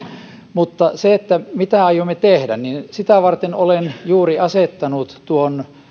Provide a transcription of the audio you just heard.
mutta mitä aiomme tehdä sitä varten olen juuri asettanut tuon